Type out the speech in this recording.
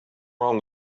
wrong